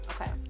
Okay